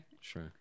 Sure